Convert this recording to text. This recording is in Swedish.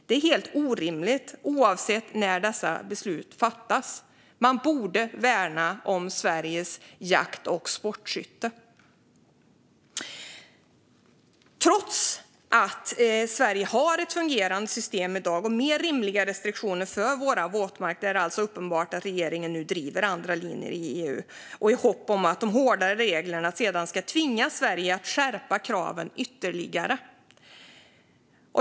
Det är helt orimligt, oavsett när dessa beslut fattats. Man borde värna Sveriges jakt och sportskytte. Trots att Sverige i dag har ett fungerande system med rimliga restriktioner för våra våtmarker är det uppenbart att regeringen nu driver andra linjer i EU, i hopp om att de hårdare reglerna sedan ska tvinga Sverige att skärpa kraven ytterligare.